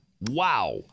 Wow